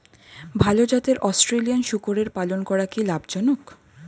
ভাল জাতের অস্ট্রেলিয়ান শূকরের পালন করা কী লাভ জনক?